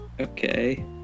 Okay